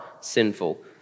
sinful